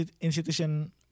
institution